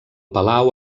palau